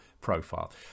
profile